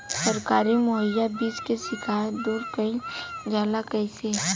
सरकारी मुहैया बीज के शिकायत दूर कईल जाला कईसे?